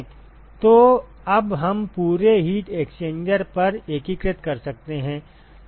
तो अब हम पूरे हीट एक्सचेंजर पर एकीकृत कर सकते हैं